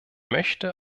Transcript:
möchte